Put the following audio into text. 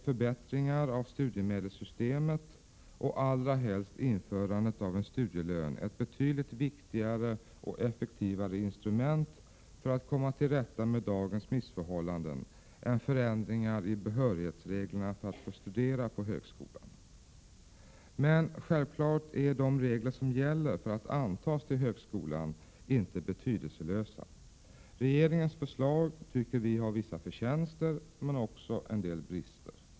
Förbättringar av studiemedelssystemet och allra helst införandet av studielön är betydligt viktigare och effektivare instrument för att komma till rätta med dagens missförhållanden än vad förändringar i reglerna om behörighet för att få studera vid högskolan är. De regler som gäller för att antas till högskolan är naturligtvis inte betydelselösa. Regeringens förslag har vissa förtjänster men också en del brister.